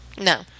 No